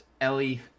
Ellie